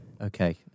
Okay